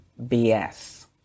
BS